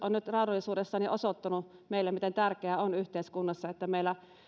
on nyt raadollisuudessaan jo osoittanut meille miten tärkeää on yhteiskunnassa että meillä